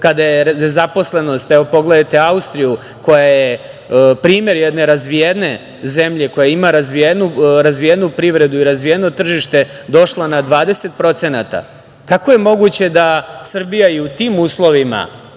kada je nezaposlenost, evo pogledajte Austriju koja je primer jedne razvijene zemlje, koja ima razvijenu privredu i razvijeno tržište, došla na 20%? Kako je moguće da Srbija i u tim uslovima